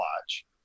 watch